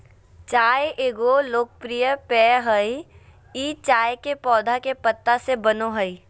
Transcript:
चाय एगो लोकप्रिय पेय हइ ई चाय के पौधा के पत्ता से बनो हइ